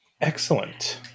Excellent